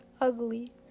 Ugly